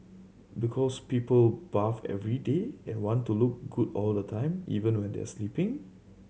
because people bath every day and want to look good all the time even when they are sleeping